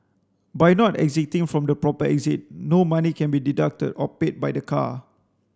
by not exiting from the proper exit no money can be deducted or paid by the car